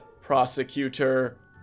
prosecutor